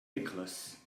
nicholas